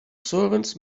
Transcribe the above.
servants